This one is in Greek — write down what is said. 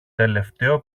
τελευταίο